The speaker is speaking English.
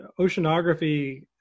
oceanography